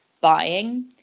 buying